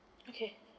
okay